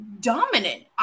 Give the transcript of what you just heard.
dominant